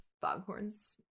foghorns